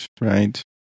right